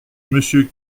monsieur